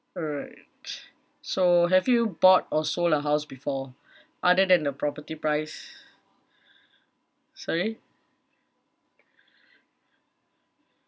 alright so have you bought or sold a house before other than the property price sorry